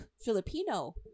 Filipino